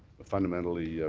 fundamentally